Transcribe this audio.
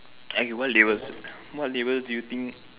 and what labels what labels do you think